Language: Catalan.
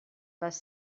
les